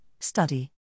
study